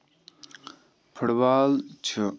foot بال چھِ